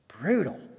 Brutal